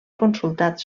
consultats